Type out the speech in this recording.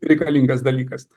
reikalingas dalykas